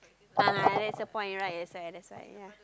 ah that's the point right that's why that's why ya